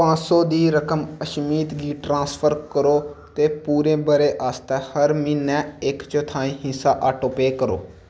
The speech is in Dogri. पंज सौ दी रकम अशमीत गी ट्रांसफर करो ते पूरे ब'रे आस्तै हर म्हीनै इक चौथाई हिस्सा आटो पेऽ करो